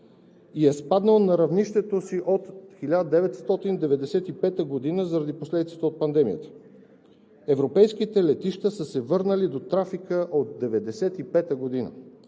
и е спаднал на равнището си от 1995 г. заради последиците от пандемията. Европейските летища са се върнали до трафика от 1995 г.